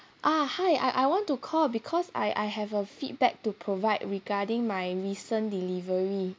uh hi I I want to call because I I have a feedback to provide regarding my recent delivery